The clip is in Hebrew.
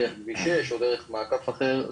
דרך כביש 6 או דרך מעקף אחר,